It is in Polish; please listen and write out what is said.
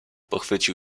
pochwycił